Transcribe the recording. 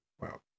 Wow